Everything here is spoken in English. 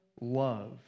love